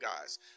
guys